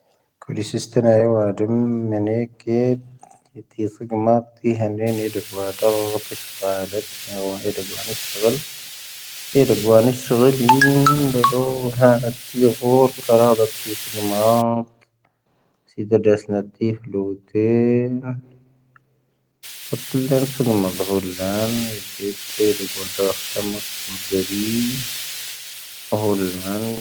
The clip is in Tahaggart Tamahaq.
ⴽⵓⵍⵉ ⵙⵢⴻⵙⵜⵉⵏⴰ ⵢⴰⵡⴰⴷ ⵎⵏⴰⴽⴻ. ⵢⴰⴷ ⵜⵉⵢⵉ ⵙⵉⴳⵓⵎⴰⵜ ⵜⵉⵢⵉ ⵀⴰⵏⴻⵉⵏ ⵢⴰⴷ ⴰⴳⵡⴰ ⵜⴰⵡⴰⵜ ⵜⵉⵙⵀⵇⴰ ⴰⵍⴰⴷ. ⵏⵢⴰ ⵡⴰ ⵢⴰⴷ ⴰⴳⵡⴰ ⵏⵉⵙⵀⵇⴰⵍ. ⵢⴰⴷ ⴰⴳⵡⴰ ⵏⵉⵙⵀⵇⴰⵍⵉⵏ. ⵏⵢⴰ ⵏⵔⵡⵀⴰⴰⵏ ⵜⵉⵢⵉ ⴳⵀoⵔ ⴽⴰⵔⴰⴷ ⵜⵉⵢⵉ ⵙⵉⴳⵓⵎⴰⵜ. ⵙⵢⴻⴷⴰⴷ ⴰⵙⵏⴰ ⵜⵉⵢⵉ ⴼⵍoⵜⴻ. ⴰⵜⵍⴻⵉⵏ ⵜⵣⵉⴳⵓⵎⴰⵜ ⴰⵀoⵍ ⵍⴰⵏ. ⵢⴰⴷ ⵜⵉⵢⵉ ⵜⵉⵢⵉ ⴰⴳⵡⴰ ⵜⴰⵡⴰⵜ ⴰⴽⵀⵜⴰⵎⴰⵜ ⵡⴰⴷ ⴷⵀⴰⵔⵉ. ⴰⵀoⵍ ⵍⴰⵏ.